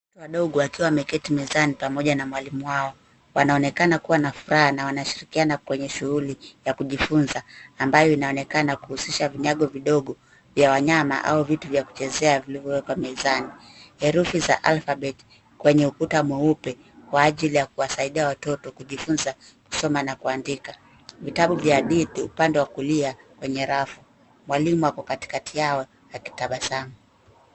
Watoto wadogo wakiwa wameketi mezani pamoja na mwalimu wao wanaonekana kuwa na furaha na wanashirikiana kwenye shughuli ya kujifunza ambayo inaonekana kuhusisha vinyago vidogo vya wanyama au vitu vya kuchezea vilivyowekwa mezani. Herufi za alphabet kwenye ukuta mweupe kwa ajili ya kuwasaidia watoto kujifunza kusoma na kuandika. Vitabu vya hadithi upande wa kulia kwenye rafu. Mwalimu ako katikati yao akitabasamu.